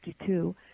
1952